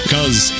Cause